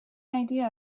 idea